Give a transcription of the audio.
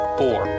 four